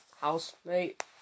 housemate